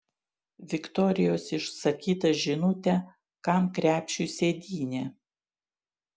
viktorijos išsakytą žinutę kam krepšiui sėdynė